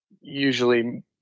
usually